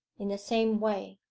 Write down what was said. in the same way.